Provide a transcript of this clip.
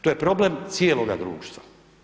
To je problem cijeloga društva.